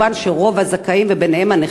כמובן, רוב הזכאים, וביניהם הנכים,